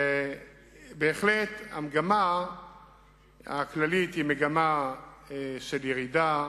שהמגמה הכללית היא מגמה של ירידה.